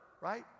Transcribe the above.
right